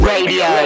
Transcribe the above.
Radio